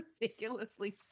ridiculously